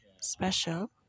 special